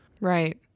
Right